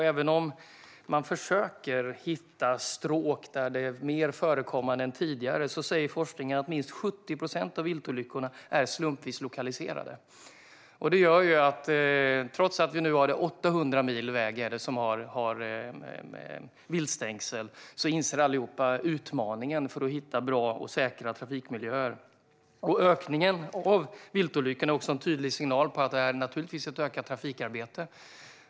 Även om man försöker hitta stråk där detta är mer förekommande nu än tidigare säger forskningen att minst 70 procent av viltolyckorna är slumpvis lokaliserade. Alla inser utmaningen i att hitta bra och säkra trafikmiljöer, trots att vi nu har 800 mil väg med viltstängsel. Ökningen av viltolyckor är också en tydlig signal om att det är ett ökat trafikarbete.